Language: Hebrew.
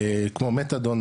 כמו מתדון,